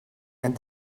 and